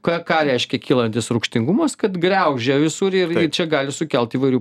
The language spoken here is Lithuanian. ką ką reiškia kylantis rūgštingumas kad griaužia visur ir čia gali sukelt įvairių